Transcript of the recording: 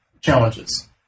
challenges